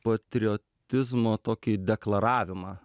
patriotizmo tokį deklaravimą